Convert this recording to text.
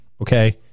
Okay